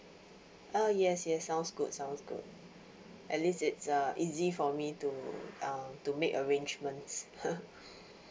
uh yes yes sounds good sounds good at least it's uh easy for me to um to make arrangements